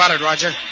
Roger